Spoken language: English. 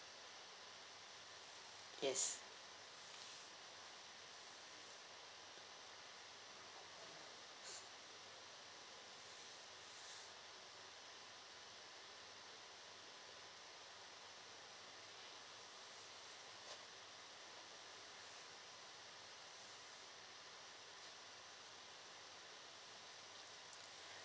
yes